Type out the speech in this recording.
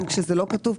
גם כשזה לא כתוב.